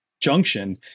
junction